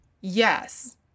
yes